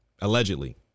Allegedly